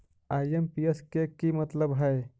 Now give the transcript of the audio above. IMPS के कि मतलब है?